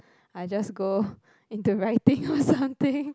I just go into writing or something